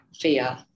fear